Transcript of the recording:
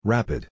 Rapid